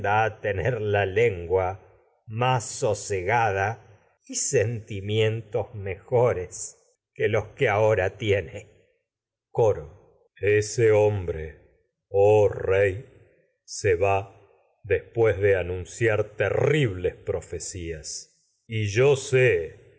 la lengua más que sose gada y sentimientos mejores los va ahora tiene anun coro ciar ese hombre oh rey profecías mi y yo se